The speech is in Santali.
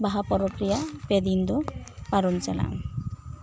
ᱵᱟᱦᱟ ᱯᱚᱨᱚᱵᱽ ᱨᱮᱭᱟᱜ ᱯᱮ ᱫᱤᱱ ᱫᱚ ᱯᱟᱨᱚᱢ ᱪᱟᱞᱟᱜᱼᱟ